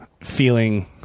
feeling